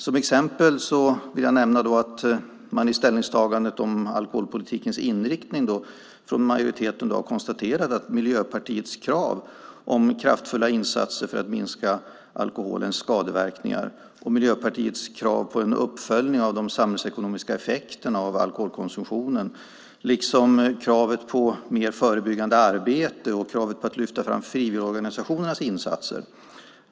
Som exempel vill jag nämna Miljöpartiets krav på kraftfulla insatser för att minska alkoholens skadeverkningar, Miljöpartiets krav på en uppföljning av de samhällsekonomiska effekterna av alkoholkonsumtionen liksom kravet på mer förebyggande arbete och kravet på att lyfta fram frivilligorganisationernas insatser.